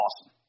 awesome